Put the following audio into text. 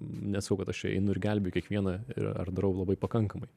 nesakau kad aš čia einu ir gelbėju kiekvieną ir ar darau labai pakankamai